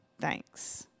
thanks